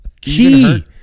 Key